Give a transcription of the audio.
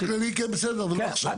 באופן כללי, כן, בסדר, אבל לא עכשיו.